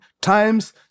times